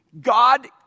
God